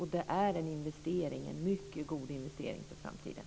Det är en mycket god investering för framtiden.